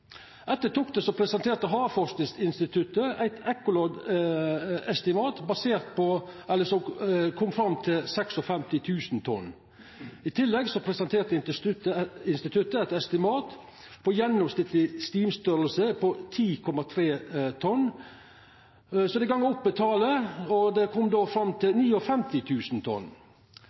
Etter toktet presenterte Havforskingsinstituttet eit ekkoloddbasert estimat på 56 000 tonn. I tillegg presenterte instituttet eit estimat basert på gjennomsnittleg stimstorleik på 10,3 tonn. Dei gonga opp talet og kom fram til 59 000 tonn.